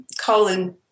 colin